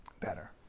better